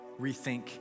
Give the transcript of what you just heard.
rethink